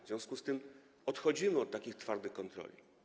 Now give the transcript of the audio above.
W związku z tym odchodzimy od takich twardych kontroli.